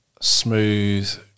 Smooth